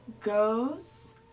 goes